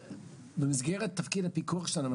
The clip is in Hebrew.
במסגרת תפקיד הפיקוח שלנו,